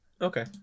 Okay